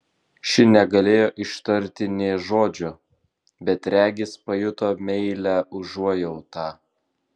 ši negalėjo ištarti nė žodžio bet regis pajuto meilią užuojautą